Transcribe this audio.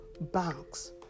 banks